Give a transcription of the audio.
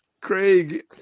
Craig